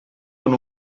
con